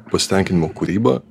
pasitenkinimo kūryba